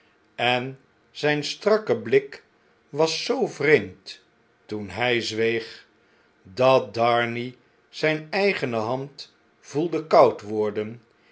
en zjjn strakke blik was zoo vreemd toen hfl zweeg dat darnay zjjn eigene band voelde koud worden